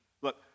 look